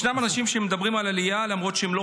יש אנשים שמדברים על עלייה למרות שמעולם